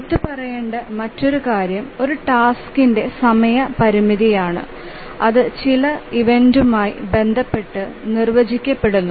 എടുത്തുപറയേണ്ട മറ്റൊരു കാര്യം ഒരു ടാസ്കിന്റെ സമയ പരിമിതിയാണ് അത് ചില ഇവൻസ്മായി ബന്ധപ്പെട്ട് നിർവചിക്കപ്പെടുന്നു